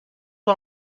vão